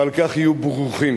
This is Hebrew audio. ועל כך יהיו ברוכים.